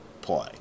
play